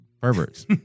Perverts